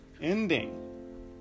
ending